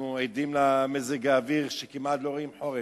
אנחנו עדים למזג אוויר שכמעט לא רואים חורף,